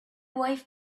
wife